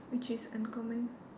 which is uncommon